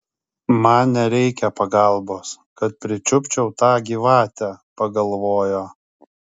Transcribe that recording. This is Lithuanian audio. man nereikia pagalbos kad pričiupčiau tą gyvatę pagalvojo